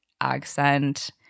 accent